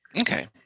Okay